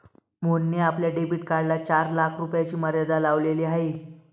मोहनने आपल्या डेबिट कार्डला चार लाख रुपयांची मर्यादा लावलेली आहे